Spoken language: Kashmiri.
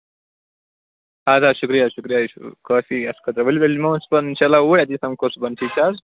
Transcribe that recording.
اَدٕ حظ شُکرِیہ شُکرِیہ یہِ چھُ کٲفی اَسہِ خٲطرٕ ؤلِو أسۍ یِمو پَتہٕ اِنشاللہ اوٗرۍ أتی سمکھوو صُبحن ٹھیٖک چھُ حظ